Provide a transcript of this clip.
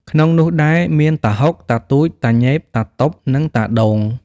ក្នុងនោះដែរមាន តាហ៊ុក តាទូច តាញេប តាតុប និងតាដូង។